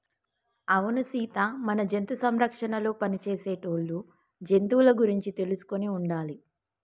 అవును సీత మన జంతు సంరక్షణలో పని చేసేటోళ్ళు జంతువుల గురించి తెలుసుకొని ఉండాలి